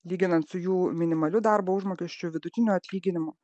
lyginant su jų minimaliu darbo užmokesčiu vidutiniu atlyginimu